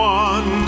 one